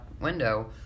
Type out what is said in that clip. window